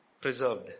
Preserved